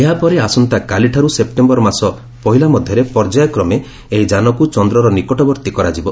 ଏହାପରେ ଆସନ୍ତାକାଲିଠାରୁ ସେପ୍ଟେମ୍ବର ମାସ ପହିଲା ମଧ୍ୟରେ ପର୍ଯ୍ୟାୟ କ୍ରମେ ଏହି ଯାନକୁ ଚନ୍ଦ୍ରରର ନିକଟବର୍ତ୍ତୀ କରାଯିବ